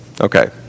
Okay